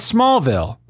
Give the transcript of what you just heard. Smallville